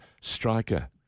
striker